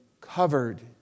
covered